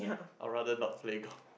I rather not play golf